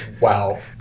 wow